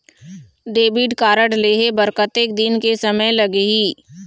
Debit card लेहे बर कतेक दिन के समय लगही?